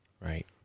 Right